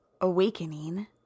awakening